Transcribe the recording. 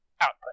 output